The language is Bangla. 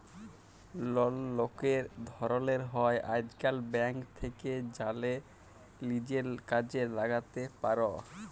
লল অলেক ধরলের হ্যয় আইজকাল, ব্যাংক থ্যাকে জ্যালে লিজের কাজে ল্যাগাতে পার